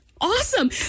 Awesome